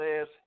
says